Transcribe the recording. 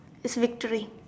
it's victory